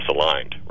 misaligned